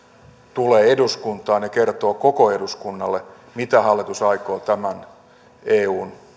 tulee eduskuntaan ja kertoo koko eduskunnalle mitä hallitus aikoo tämän eun